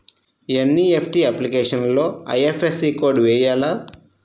NEFT అప్లికేషన్లో IFSC code వేయాలా?